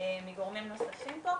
מגורמים נוספים פה,